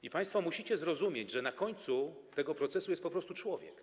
I państwo musicie zrozumieć, że na końcu tego procesu jest po prostu człowiek.